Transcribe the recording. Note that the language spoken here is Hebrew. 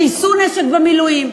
שיישאו נשק במילואים,